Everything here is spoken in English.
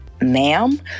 ma'am